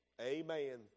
Amen